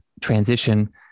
transition